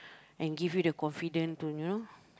and give you the confident to you know